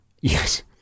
Yes